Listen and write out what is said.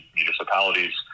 municipalities